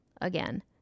Again